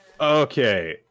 Okay